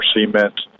cement